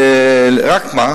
רק מה?